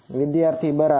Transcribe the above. વિદ્યાર્થી બરાબર